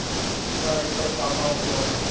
Straw reaper क का उपयोग ह?